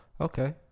Okay